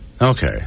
Okay